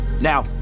Now